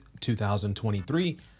2023